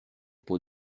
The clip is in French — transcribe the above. pot